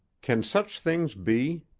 can such things be?